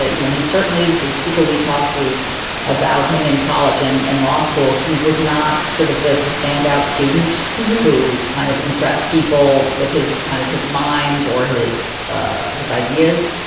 ah you know he certainly the people we talked to about him in college and in and law school he was not sort of this the standout student who kind of impressed people with his kind of his mind or his ah his ideas.